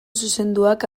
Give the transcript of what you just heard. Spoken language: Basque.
zuzenduak